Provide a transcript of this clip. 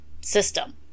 system